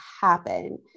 happen